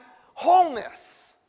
wholeness